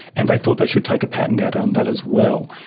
and they thought they should take a patent out on that as well.